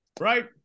right